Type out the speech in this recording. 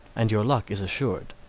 and your luck is assured.